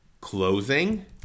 closing